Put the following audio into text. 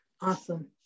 Awesome